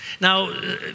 Now